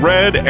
Red